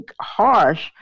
harsh